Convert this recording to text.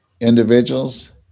individuals